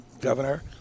governor